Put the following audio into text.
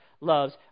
loves